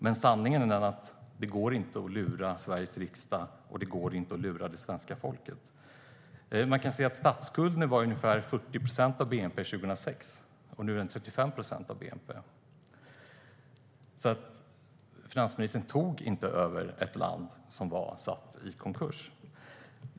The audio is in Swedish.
Men sanningen är att det inte går att lura Sveriges riksdag, och det går inte att lura det svenska folket. Statsskulden var ungefär 40 procent av bnp 2006, och nu är den 35 procent av bnp. Finansministern tog alltså inte över ett land i konkurs.